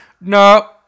no